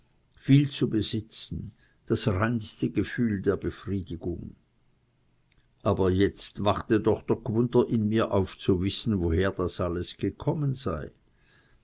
viel zu besitzen das reinste gefühl der befriedigung jetzt wachte doch der gwunder in mir auf zu wissen woher das alles gekommen sei